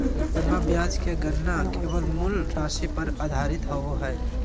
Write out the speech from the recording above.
जमा ब्याज के गणना केवल मूल राशि पर आधारित होबो हइ